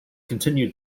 continued